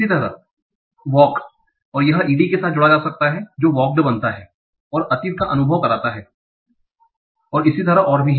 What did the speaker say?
इसी तरह walk यह e d के साथ जोड़ा जा सकता है जो walked बनता हैं और अतीत का अनुभव कराता हैं और इस तरह ओर भी